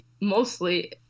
mostly